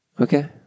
Okay